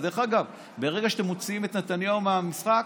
דרך אגב, ברגע שאתם מוציאים את נתניהו מהמשחק,